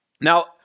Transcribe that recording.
Now